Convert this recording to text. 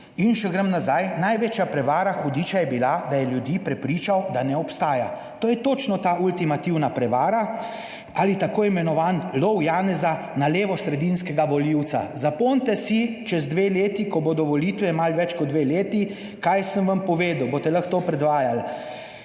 In še grem nazaj, "Največja prevara hudiča je bila, da je ljudi prepričal, da ne obstaja." To je točno ta ultimativna prevara ali tako imenovan lov Janeza na levosredinskega volivca. Zapomnite si, čez dve leti, ko bodo volitve, malo več kot dve leti, kaj sem vam povedal. Boste lahko to predvajali,